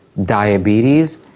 diabetes,